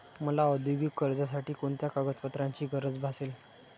मला औद्योगिक कर्जासाठी कोणत्या कागदपत्रांची गरज भासेल?